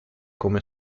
come